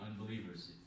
unbelievers